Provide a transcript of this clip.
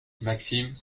maxime